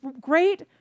great